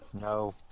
No